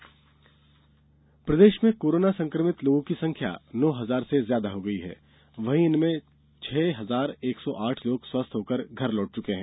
corona प्रदेश प्रदेश में कोरोना संक्रमित लोगों की संख्या नौ हजार से ज्यादा हो गई है वहीं इनमें से छह हजार एक सौ आठ लोग स्वस्थ्य होकर घर लौट चुके हैं